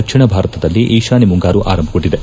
ದಕ್ಷಿಣ ಭಾರತದಲ್ಲಿ ಈತಾನ್ದ ಮುಂಗಾರು ಆರಂಭಗೊಂಡಿದೆ